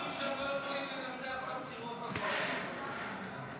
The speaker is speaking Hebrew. מאסירים ביטחוניים המשתייכים לארגון טרור המחזיק בשבויים ישראלים),